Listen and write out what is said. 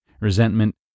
resentment